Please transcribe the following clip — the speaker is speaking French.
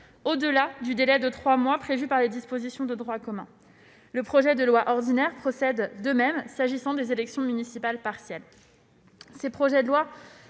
au-delà du délai de trois mois prévu par les dispositions de droit commun. Le projet de loi ordinaire procède de même s'agissant des élections municipales partielles.